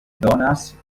donas